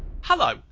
Hello